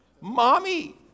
mommy